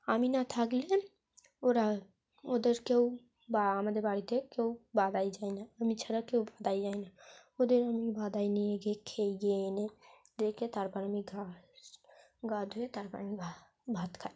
আমি না থাকলে ওরা ওদের কেউ বা আমাদের বাড়িতে কেউ বাদায় যায় না আমি ছাড়া কেউ বাদায় যায় না ওদের আমি বাদায় নিয়ে গিয়ে খেয়ে গিয়ে এনে রেখে তারপর আমি গা গা ধুয়ে তারপর আমি ভাত ভাত খাই